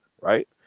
Right